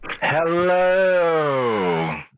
Hello